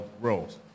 roles